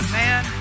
man